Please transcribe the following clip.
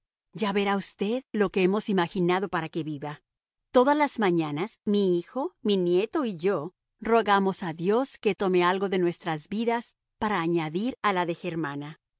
ya verá usted lo que hemos imaginado para que viva todas las mañanas mi hijo mi nieto y yo rogamos a dios que tome algo de nuestras vidas para añadir a la de germana